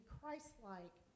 Christ-like